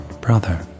brother